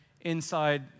inside